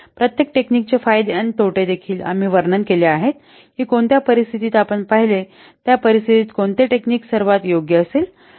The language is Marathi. प्रत्येक टेक्निक चे फायदे आणि तोटे देखील आम्ही वर्णन केले आहेत की कोणत्या परिस्थितीत आपण पाहिले त्या परिस्थितीत कोणते टेक्निक सर्वात योग्य असेल